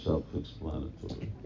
Self-explanatory